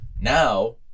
now